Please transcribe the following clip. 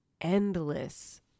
endless